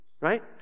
Right